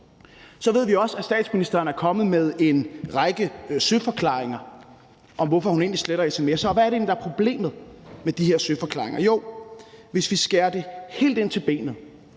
Så ved vi også, at statsministeren er kommet med en række søforklaringer om, hvorfor hun egentlig sletter sms'er. Og hvad er det egentlig, der er problemet med de her søforklaringer. Jo, hvis vi skærer det helt ind til benet,